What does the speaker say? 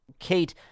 Kate